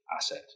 asset